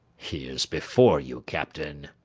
he is before you, captain.